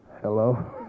Hello